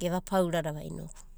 geva paurada inoku.